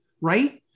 right